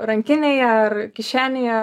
rankinėje ar kišenėje